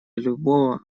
любого